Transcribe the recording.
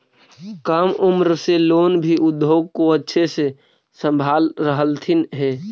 कम उम्र से लोग भी उद्योग को अच्छे से संभाल रहलथिन हे